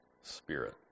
spirit